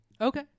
Okay